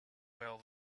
well